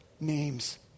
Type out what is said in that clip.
names